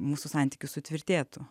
mūsų santykis sutvirtėtų